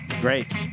Great